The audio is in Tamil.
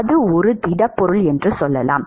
அது ஒரு திடப்பொருள் என்று சொல்லலாம்